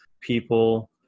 people